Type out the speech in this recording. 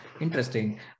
Interesting